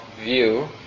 view